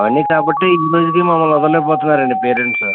అవన్నీ కాబట్టి ఈరోజుకి మమ్మల్ని వదలలేకపోతున్నారు అండి పేరెంట్స్